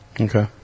okay